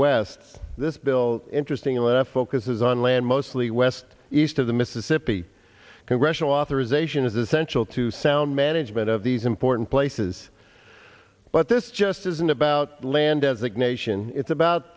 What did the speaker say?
west this bill interesting unless focuses on land mostly west east of the mississippi congressional authorization is essential to sound management of these important places but this just isn't about land designation it's about